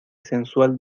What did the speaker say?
sensual